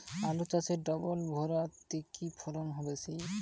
আলু চাষে ডবল ভুরা তে কি ফলন বেশি?